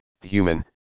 human